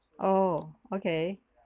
oh okay